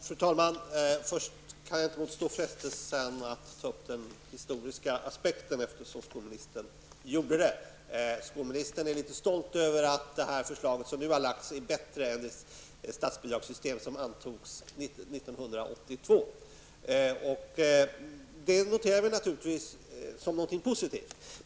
Fru talman! Till att börja med kan jag inte motstå frestelsen att ta upp den historiska aspekten, eftersom skolministern gjorde det. Skolministern är litet stolt över att det förslag som nu har lagts fram är bättre än det statsbidragssystem som antogs år 1982. Det noterar vi naturligtvis som något positivt.